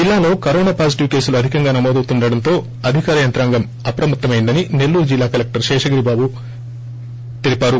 జిల్లాలో corona positive కేసులు అధికంగా నమోదవుతుండడంతో అధికార యంత్రాంగం అప్రమమైందని నెల్లూరు జిల్లా కలెక్టర్ శేషగిరి బాబు తెలిపారు